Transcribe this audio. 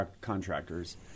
Contractors